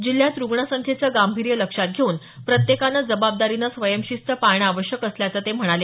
जिल्ह्यात रुग्णसंख्येचं गांभीर्य लक्षात घेऊन प्रत्येकानं जबाबदारीनं स्वयंशिस्त पाळणं आवश्यक असल्याचं ते म्हणाले